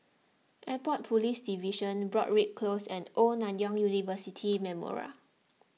Airport Police Division Broadrick Close and Old Nanyang University Memorial